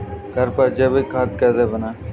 घर पर जैविक खाद कैसे बनाएँ?